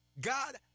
God